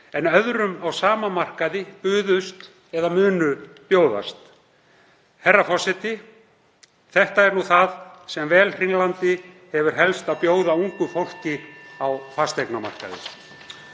en öðrum á sama markaði buðust eða munu bjóðast. Herra forseti. Þetta er nú það sem Velhringlandi hefur helst að bjóða ungu fólki á fasteignamarkaði.